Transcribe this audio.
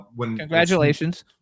Congratulations